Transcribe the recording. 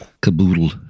Caboodle